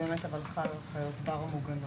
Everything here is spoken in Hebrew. זה באמת חל על חיות בר מוגנות.